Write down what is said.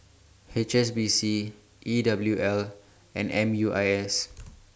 H S B C E W L and M U I S